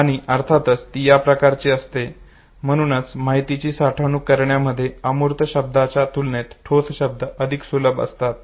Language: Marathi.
आणि अर्थातच ती या प्रकारात असते म्हणूनच माहितीची साठवणूक करण्यामध्ये अमूर्त शब्दाच्या तुलनेत ठोस शब्द अधिक सुलभ असतात